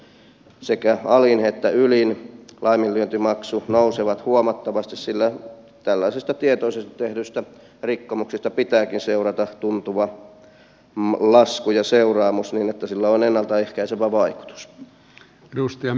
on hyvä että nyt sekä alin että ylin laiminlyöntimaksu nousevat huomattavasti sillä tällaisista tietoisesti tehdyistä rikkomuksista pitääkin seurata tuntuva lasku ja seuraamus niin että sillä on ennalta ehkäisevä vaikutus